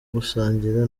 gusangira